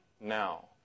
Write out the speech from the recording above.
now